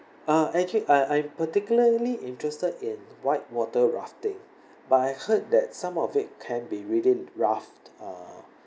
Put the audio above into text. uh actually I I'm particularly interested in white water rafting but I heard that some of it can be really rough uh